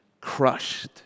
crushed